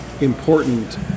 important